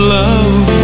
love